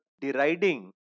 deriding